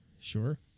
Sure